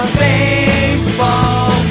baseball